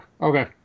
Okay